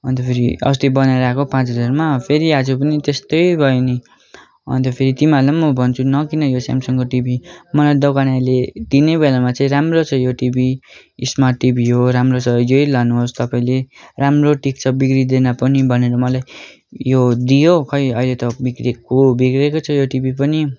अन्त फेरि अस्ति बनाएर आएको पाँच हजारमा फेरि आज पनि त्यस्तै भयो नि अन्त फेरि तिमीहरूलाई पनि म भन्छु नकिन यो स्यामसङको टिभी मलाई दोकानेले दिने बेलामा चाहिँ राम्रो छ यो टिभी स्मार्ट टिभी हो राम्रो छ यो नै लानुहोस् तपाईँले राम्रो टिक्छ बिग्रिँदैन पनि भनेर मलाई यो दियो खै अहिले त बिग्रेको बिग्रेकै छ यो टिभी पनि